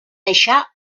deixar